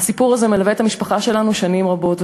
הסיפור הזה מלווה את המשפחה שלנו שנים רבות,